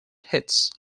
hits